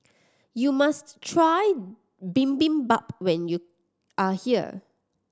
you must try Bibimbap when you are here